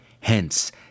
Hence